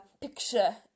picture